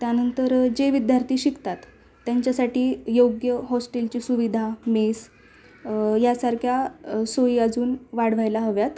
त्यानंतर जे विद्यार्थी शिकतात त्यांच्यासाठी योग्य हॉस्टेलची सुविधा मेस यासारख्या सोयी अजून वाढवायला हव्यात